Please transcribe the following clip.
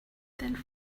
then